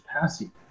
passing